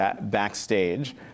backstage